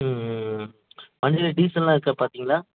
ம் ம் ம் வண்டியில் டீசலெல்லாம் இருக்கா பார்த்திங்களா